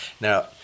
Now